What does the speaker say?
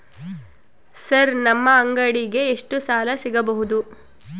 Sir ನಮ್ಮ ಅಂಗಡಿಗೆ ಎಷ್ಟು ಸಾಲ ಸಿಗಬಹುದು?